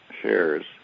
shares